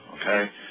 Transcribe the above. Okay